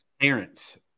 parents